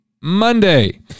Monday